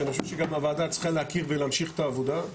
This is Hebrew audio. שאני חושב שגם הוועדה צריכה להכיר ולהמשיך את העבודה.